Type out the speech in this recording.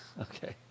Okay